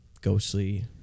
ghostly